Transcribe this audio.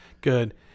Good